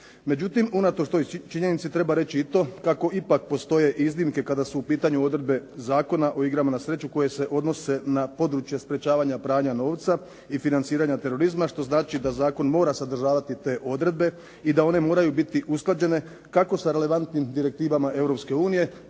Međutim, unatoč toj činjenici treba reći i to kako ipak postoje iznimke kada su u pitanju odredbe Zakona o igrama na sreću koje se odnose na područje sprječavanja pranja novca i financiranja terorizma što znači da zakon mora sadržavati te odredbe i da one moraju biti usklađene kako sa relevantnim direktivama